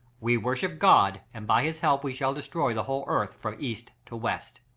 we worship god, and by his help we shall destroy the whole earth from east to west.